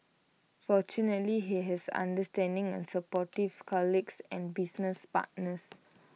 fortunately he has understanding and supportive colleagues and business partners